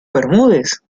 bermúdez